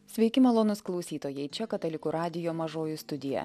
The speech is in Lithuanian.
sveiki malonūs klausytojai čia katalikų radijo mažoji studija